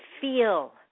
feel